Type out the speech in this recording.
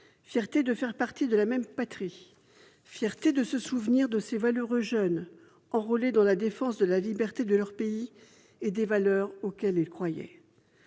celle de faire partie de la même patrie, de se souvenir de ces valeureux jeunes enrôlés dans la défense de la liberté de leur pays et des valeurs auxquelles ils croyaient.